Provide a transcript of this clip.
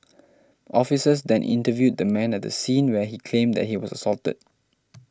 officers then interviewed the man at the scene where he claimed that he was assaulted